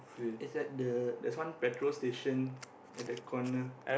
it's at the there's one petrol station at the corner